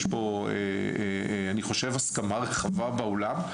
יש פה, אני חושב הסכמה רחבה באולם.